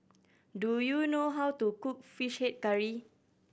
do you know how to cook Fish Head Curry